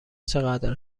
چقدر